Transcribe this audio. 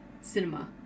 cinema